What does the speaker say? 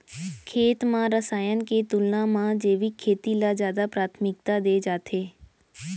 खेत मा रसायन के तुलना मा जैविक खेती ला जादा प्राथमिकता दे जाथे